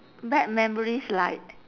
bad memories like